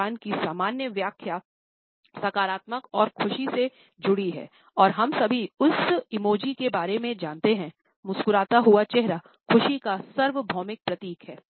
मुस्कान की सामान्य व्याख्या सकारात्मकता और खुशी से जुड़ी है और हम सभी उस इमोजी के बारे में जानते हैंमुस्कुराता हुआ चेहरा खुशी का सार्वभौमिक प्रतीक है